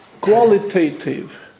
qualitative